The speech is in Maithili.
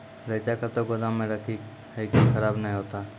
रईचा कब तक गोदाम मे रखी है की खराब नहीं होता?